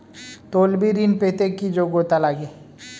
তলবি ঋন পেতে কি যোগ্যতা লাগে?